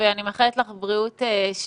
אני מאחלת לך בריאות שלמה.